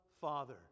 Father